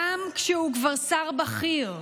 גם כשהוא כבר שר בכיר,